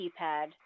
keypad